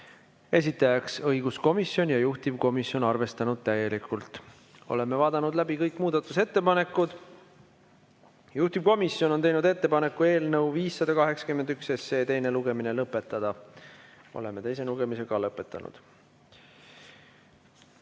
esitaja õiguskomisjon, juhtivkomisjon on arvestanud täielikult. Oleme vaadanud läbi kõik muudatusettepanekud. Juhtivkomisjon on teinud ettepaneku eelnõu 581 teine lugemine lõpetada. Oleme teise lugemise lõpetanud.